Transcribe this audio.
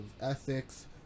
ethics